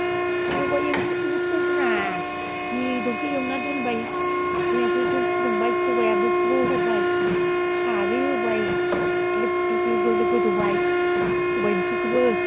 सबाय ओंख्रिखौबोथ'ब्रा बेदरखो एवना दोनबाय दैया ग्लब ग्लब फुदुंबाय सबायआबो स्र' होबाय खारै होबाय ग्लेब ग्लेब ग्लेब गोदौबाय सबाय ओंख्रिखोबो